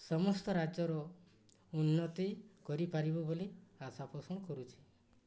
ସମସ୍ତ ରାଜ୍ୟର ଉନ୍ନତି କରିପାରିବୁ ବୋଲି ଆଶା ପୋଷଣ କରୁଛି